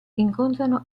incontrano